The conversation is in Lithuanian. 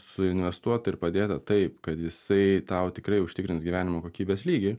suinvestuotą ir padėtą taip kad jisai tau tikrai užtikrins gyvenimo kokybės lygį